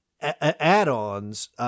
add-ons